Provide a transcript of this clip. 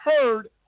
heard